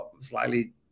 slightly